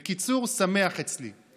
בקיצור, שמח אצלי.